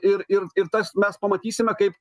ir ir ir tas mes pamatysime kaip